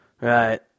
Right